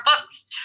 books